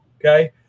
okay